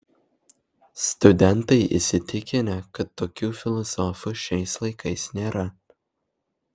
studentai įsitikinę kad tokių filosofų šiais laikais nėra